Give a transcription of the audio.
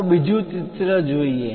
ચાલો બીજું ચિત્ર જોઈએ